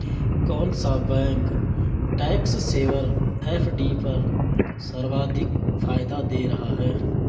कौन सा bank tax saver FD पर सर्वाधिक फायदा दे रहा है?